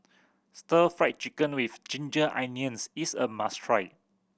Stir Fried Chicken With Ginger Onions is a must try